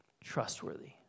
trustworthy